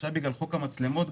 גם בגלל חוק המצלמות,